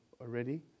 already